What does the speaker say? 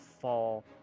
fall